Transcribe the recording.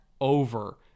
over